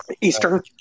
Eastern